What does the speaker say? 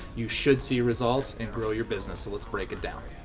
you should see results and grow your business. so, let's break it down.